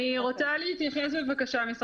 אני רוצה בבקשה להסב את